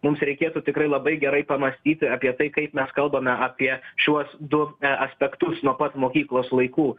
mums reikėtų tikrai labai gerai pamąstyti apie tai kaip mes kalbame apie šiuos du aspektus nuo pat mokyklos laikų